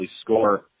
score